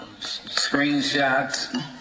screenshots